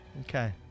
Okay